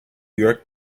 york